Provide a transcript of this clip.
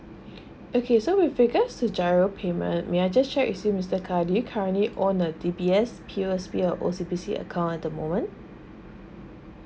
okay so with regards to giro payment may I just check is it mister khaleel currently own a D_B_S P_O_S_B O_C_B_C account at the moment